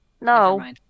No